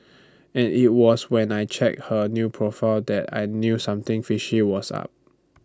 and IT was when I checked her new profile that I knew something fishy was up